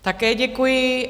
Také děkuji.